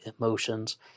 emotions